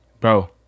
bro